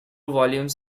volumes